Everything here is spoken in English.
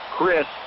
Chris